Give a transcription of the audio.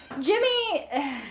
Jimmy